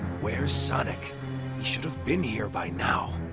where's sonic? he should've been here by now.